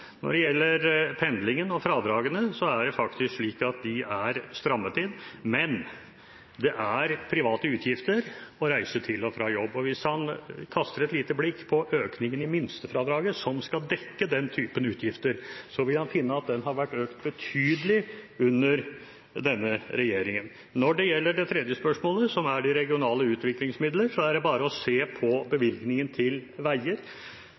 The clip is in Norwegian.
når det gjelder 2016-budsjettet. Når det gjelder pendling og fradrag, er det faktisk slik at det er strammet inn, men det er en privat utgift å reise til og fra jobb. Hvis han kaster et lite blikk på økningen i minstefradraget, som skal dekke den type utgifter, vil han finne at det har vært økt betydelig under denne regjeringen. Når det gjelder det tredje spørsmålet, om de regionale utviklingsmidlene, er det bare å se på bevilgningene til veier.